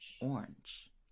Orange